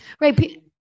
Right